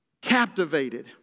captivated